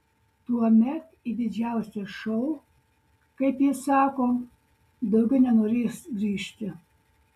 tuomet į didžiausią šou kaip jis sako daugiau nenorės grįžti